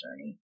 journey